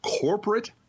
corporate